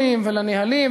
לקריטריונים ולנהלים,